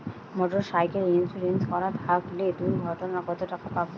Motorcycle insurance করা থাকলে দুঃঘটনায় কতটাকা পাব?